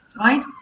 right